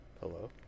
Hello